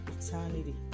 eternity